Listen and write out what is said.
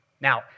Now